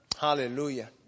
Hallelujah